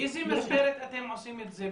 באיזה מסגרת אתם עושים את זה,